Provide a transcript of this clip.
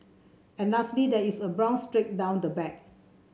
and lastly there is a brown streak down the back